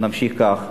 ונמשיך כך.